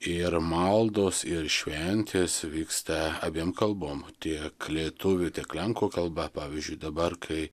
ir maldos ir šventės vyksta abiem kalbom tiek lietuvių tiek lenkų kalba pavyzdžiui dabar kai